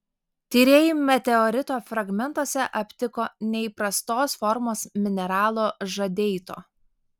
tyrėjai meteorito fragmentuose aptiko neįprastos formos mineralo žadeito